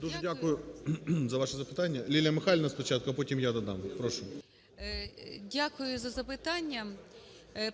Дуже дякую за ваше запитання. Лілія Михайлівна спочатку, а потім я додам. Прошу. 11:00:33 ГРИНЕВИЧ Л.М. Дякую за запитання.